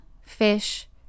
fish